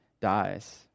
dies